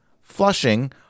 flushing